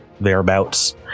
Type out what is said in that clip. thereabouts